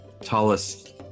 tallest